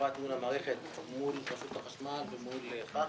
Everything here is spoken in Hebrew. חברת ניהול המערכת מול רשות החשמל ומול חח"י.